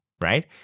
right